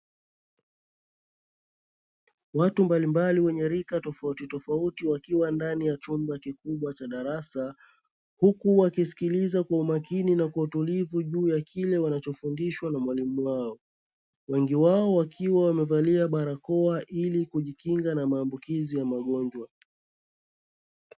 Watu mbalimbali wenye rika tofautitofauti wakiwa ndani ya chumba kikubwa cha darasa, huku wakisikiliza kwa umakini na kwa utulivu juu ya kile wanachofundishwa na mwalimu wao, wengi wao wakiwa wamevalia barakoa ili kujikinga na magonjwa.